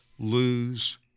Lose